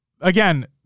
again